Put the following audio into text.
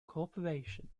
corporation